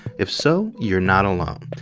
if so, you're not alone.